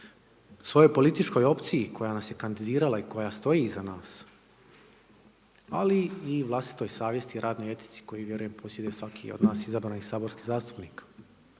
svojoj političkoj opciji koja nas je kandidirala i koja stoji iza nas ali i vlastitoj savjesti, radnoj etici koju vjerujem posjeduje svaki od nas izabranih saborskih zastupnika.